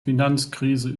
finanzkrise